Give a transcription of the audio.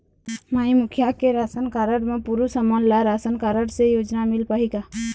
माई मुखिया के ration card म पुरुष हमन ला राशन कारड से योजना मिल पाही का?